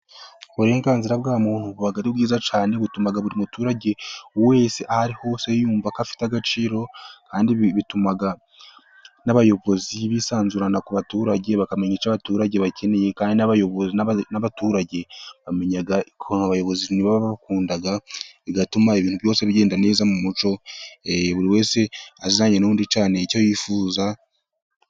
Uburenganzira bwa muntu buba ari bwiza cyane, butuma buri muturage wese aho ari hose yumva ko afite agaciro, kandi bituma n'abayobozi bisanzura ku baturage, bakamenya icyo abaturage bakeneye, n'abaturage bamenya ukuntu abayobozi babakunda, bigatuma ibintu byose bigenda neza mu mucyo, buri wese azanye n'undi cyane icyo yifuza.